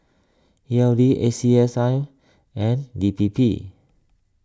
E L D A C S I and D P P